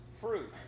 fruit